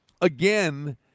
again –